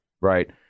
right